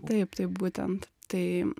taip tai būtent tai